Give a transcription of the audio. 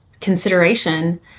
consideration